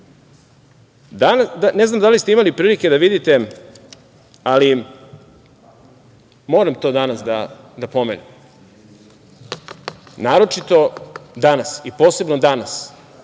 znam da li ste imali prilike da vidite, ali moram to danas da pomenem, naročito danas i posebno danas